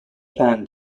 plan